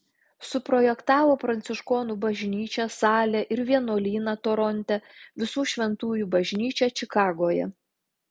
suprojektavo pranciškonų bažnyčią salę ir vienuolyną toronte visų šventųjų bažnyčią čikagoje